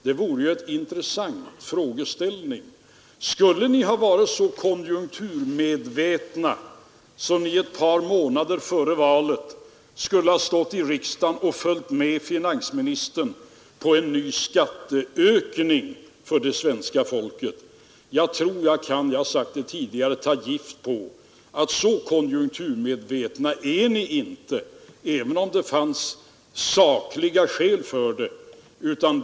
Det vore ju en intressant frågeställning: Skulle ni ha varit så konjunkturmedvetna att ni ett par månader före valet skulle ha stått i riksdagen och följt med finansministern på en ny skattehöjning. Jag tror att jag kan ta gift på — jag har sagt det tidigare — att så konjunkturmedvetna skulle ni inte vara även om det fanns sakliga skäl för det.